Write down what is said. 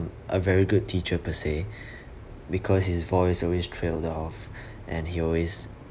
um a very good teacher per se because his voice always trailed off and he always